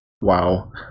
Wow